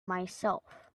myself